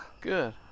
Good